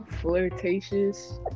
flirtatious